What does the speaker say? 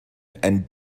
and